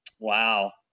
Wow